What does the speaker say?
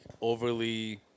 overly